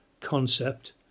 concept